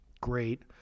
great